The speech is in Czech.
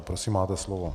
Prosím, máte slovo.